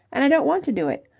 and i don't want to do it.